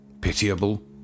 pitiable